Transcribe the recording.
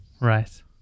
right